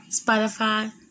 Spotify